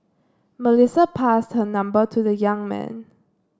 Melissa passed her number to the young man